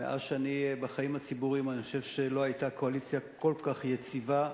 מאז אני בחיים הציבוריים אני חושב שלא היתה קואליציה כל כך יציבה,